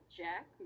jack